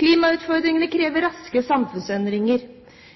Klimautfordringene krever raske samfunnsendringer.